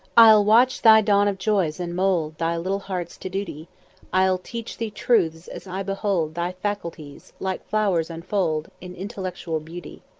i'll watch thy dawn of joys, and mould thy little hearts to duty i'll teach thee truths as i behold thy faculties, like flowers, unfold in intellectual beauty.